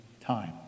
time